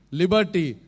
liberty